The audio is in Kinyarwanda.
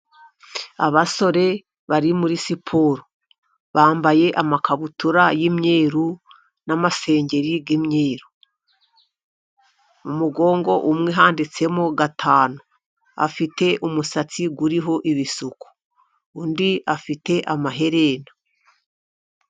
Abasore bari muri siporo, bambaye amakabutura y'imyeru n'amasengeri y'imyeru. Mu mugongo umwe handitsemo gatanu, afite umusatsi uriho ibisuko, undi afite amaherena.